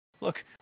look